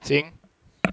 行